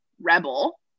Rebel